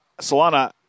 Solana